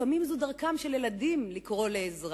לפעמים זו דרכם של ילדים לקרוא לעזרה.